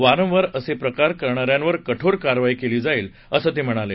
वारंवार असे प्रकार करणाऱ्यांवर कठोर कारवाई केली जाईल असं ते म्हणाले